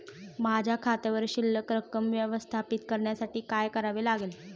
माझ्या खात्यावर शिल्लक रक्कम व्यवस्थापित करण्यासाठी काय करावे लागेल?